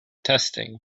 testing